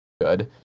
good